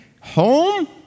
Home